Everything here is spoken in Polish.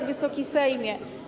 Wysoki Sejmie!